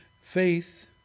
faith